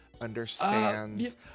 understands